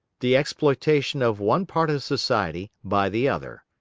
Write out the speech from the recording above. the exploitation of one part of society by the other.